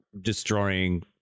destroying